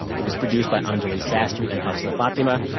it was produced by anjuli sastry and hafsa fathima.